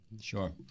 Sure